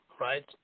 right